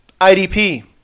IDP